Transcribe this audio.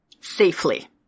Safely